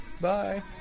Bye